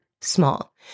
small